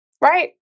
Right